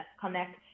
connect